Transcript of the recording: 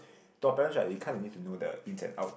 to our parents right they kind of need to know the ins and out